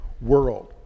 world